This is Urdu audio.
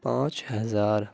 پانچ ہزار